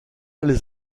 les